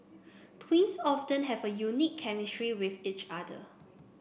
twins often have a unique chemistry with each other